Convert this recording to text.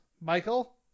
Michael